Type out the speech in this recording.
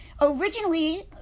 Originally